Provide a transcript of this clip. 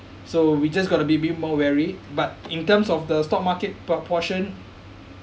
so we just got to be a bit more wary but in terms of the stock market proportion